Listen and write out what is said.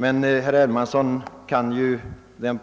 Men herr Hermansson känner ju till den